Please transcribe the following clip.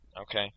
okay